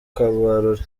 kabarore